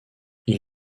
ils